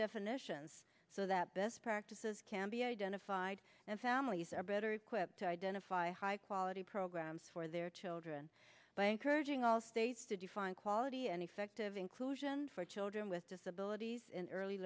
definitions so that best practices can be identified and families are better equipped to identify high quality programs for their children by encouraging all states to define quality and effective inclusion for children with disabilities in early